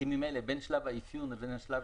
ממילא בין שלב האפיון לבין השלב